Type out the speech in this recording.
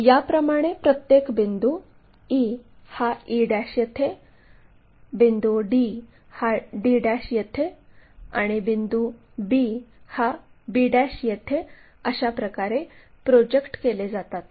याप्रमाणे प्रत्येक बिंदू e हा e येथे बिंदू d हा d येथे आणि बिंदू b हा b येथे अशाप्रकारे प्रोजेक्ट केले जातात